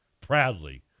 Proudly